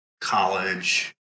college